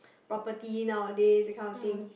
property nowadays that kind of thing